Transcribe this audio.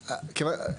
כיוון,